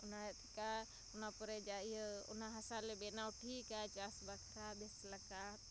ᱚᱱᱟ ᱪᱮᱠᱟ ᱚᱱᱟᱯᱚᱨᱮ ᱤᱭᱟᱹ ᱚᱱᱟ ᱦᱟᱥᱟᱞᱮ ᱵᱮᱱᱟᱣ ᱴᱷᱤᱠᱟ ᱪᱟᱥ ᱵᱟᱠᱷᱨᱟ ᱵᱮᱥᱞᱮᱠᱟ